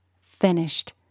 finished